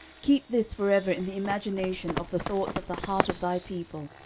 keep this for ever in the imagination of the thoughts of the heart of thy people,